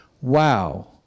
Wow